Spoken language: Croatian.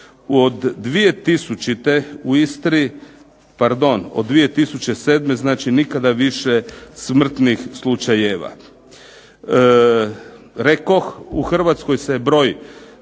od 2007. znači nikada više smrtnih slučajeva. Rekoh u Hrvatskoj se broj